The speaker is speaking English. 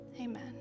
Amen